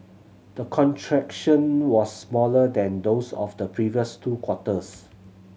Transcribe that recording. the contraction was smaller than those of the previous two quarters